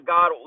God